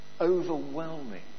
overwhelming